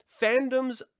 fandoms